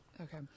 Okay